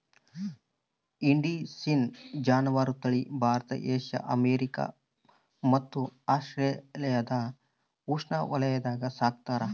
indicine ಜಾನುವಾರು ತಳಿ Bharat Asia America ಮತ್ತು ಆಸ್ಟ್ರೇಲಿಯಾದ ಉಷ್ಣವಲಯಾಗ ಸಾಕ್ತಾರ